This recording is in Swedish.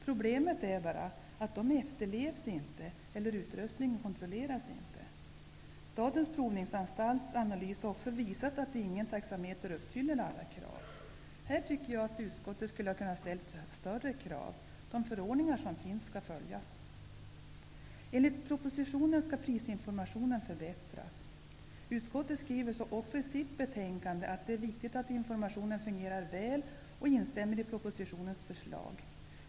Problemet är att de inte efterlevs och att utrustningen inte kontrolleras. Statens provningsanstalts analys har också visat att ingen taxameter uppfyller alla krav. Jag tycker att utskottet på den punkten hade kunnat ställa högre krav. De förordningar som finns skall följas. Enligt propositionen skall prisinformationen förbättras. Utskottet skriver också i sitt betänkande att det är viktigt att informationen fungerar väl och instämmer i propositionens förslag.